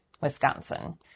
Wisconsin